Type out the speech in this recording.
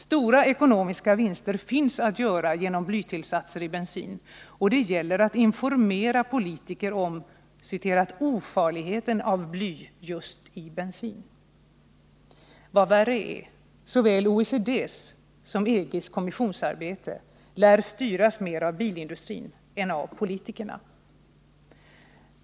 Stora ekonomiska vinster finns att göra genom blytillsatser i bensin, och det gäller att informera politiker om ”ofarligheten” av bly just i bensin. Vad värre är: såväl OECD:s som EG:s kommissionsarbete lär styras mer av bilindustrin än av politikerna.